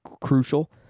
crucial